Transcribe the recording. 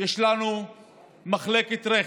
יש לנו מחלקת רכש.